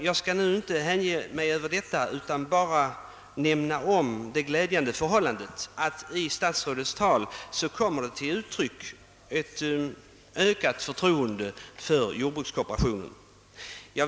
Jag skall nu inte hänge mig åt detta utan bara som sagt nämna det glädjande förhållandet, att det i statsrådets tal kommer till uttryck ett ökat förtroende för jordbrukskooperationen.